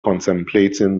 contemplating